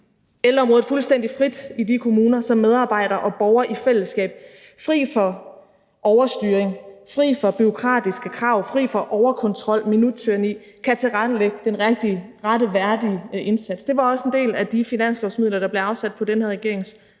ældreområdet fuldstændig frit i de kommuner, så medarbejdere og borgere i fællesskab – fri for overstyring, fri for bureaukratiske krav, fri for overkontrol, minuttyranni – kan tilrettelægge den rigtige, rette værdige indsats. Det var også en del af de finanslovsmidler, der blev afsat på den her regerings